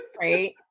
Right